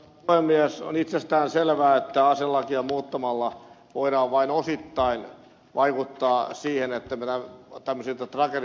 on itsestäänselvää että aselakia muuttamalla voidaan vain osittain vaikuttaa siihen että tämmöisiltä tragedioilta jatkossa vältyttäisiin